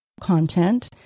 Content